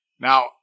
Now